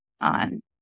on